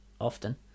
often